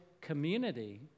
community